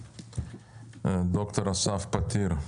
ד"ר אסף פתיר,